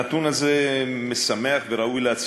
כולם אומרים את זה.